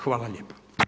Hvala lijepa.